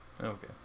Okay